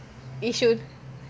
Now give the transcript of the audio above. yishun